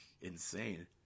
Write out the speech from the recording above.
insane